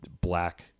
black